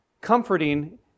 comforting